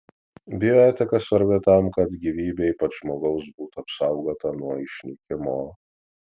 bioetika svarbi tam kad gyvybė ypač žmogaus būtų apsaugota nuo išnykimo